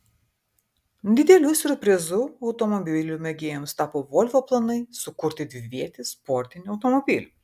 dideliu siurprizu automobilių mėgėjams tapo volvo planai sukurti dvivietį sportinį automobilį